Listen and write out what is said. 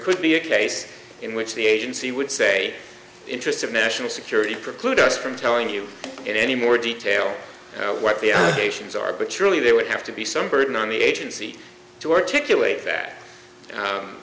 could be a case in which the agency would say interests of national security preclude us from telling you get any more detail what the patients are but surely they would have to be some burden on the agenc